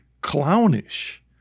clownish